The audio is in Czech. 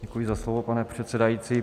Děkuji za slovo, pane předsedající.